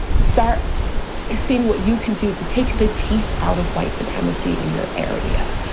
start seeing what you can do to take the teeth out of white supremacy in your area.